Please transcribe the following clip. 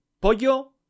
pollo